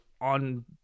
on